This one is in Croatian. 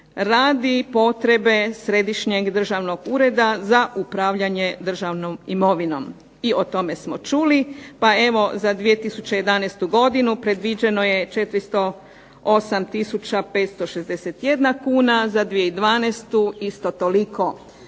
radi potrebe Središnjeg državnog ureda za upravljanje državnom imovinom, i o tome smo čuli, pa evo za 2011. godinu predviđeno je 408 tisuća 561 kuna, za 2012. isto toliko.